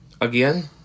again